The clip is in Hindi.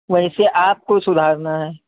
वैसे आपको सुधारना है